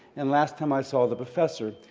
and last time i saw the professor,